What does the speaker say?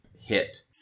hit